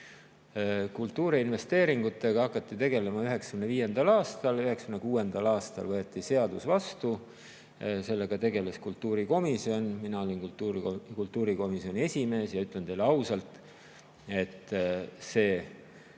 Kultuuriinvesteeringutega hakati tegelema 1995. aastal, 1996. aastal võeti seadus vastu. Sellega tegeles kultuurikomisjon, mina olin kultuurikomisjoni esimees. Ja ütlen teile ausalt, et see